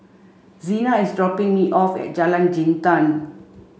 Zena is dropping me off at Jalan Jintan